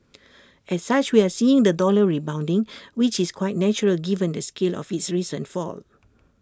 as such we are seeing the dollar rebounding which is quite natural given the scale of its recent fall